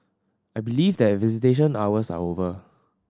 I believe that visitation hours are over